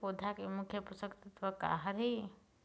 पौधा के मुख्य पोषकतत्व का हर हे?